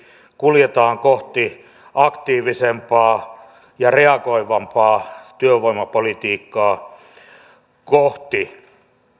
kuljetaan kohti aktiivisempaa ja reagoivampaa työvoimapolitiikkaa